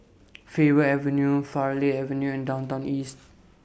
Faber Avenue Farleigh Avenue and Downtown East